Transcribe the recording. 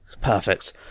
Perfect